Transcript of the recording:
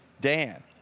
Dan